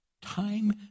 Time